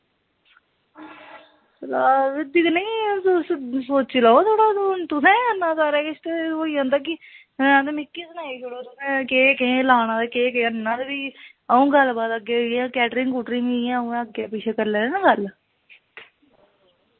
सलाह् बी नेईं तुस सोची लैओ थोह्ड़ा हून तुसें गै करना सारा किश ते एह् होई जंदा कि जां ते मिकी सनाई शोड़ो तुसें केह् केह् लाना ते केह् केह् करना ते फ्ही अ'ऊं गल्लबात अग्गें कैटरिंग कूटरिंग इ'यां उ'यां अग्गें पिच्छें करी लैएओ ना गल्ल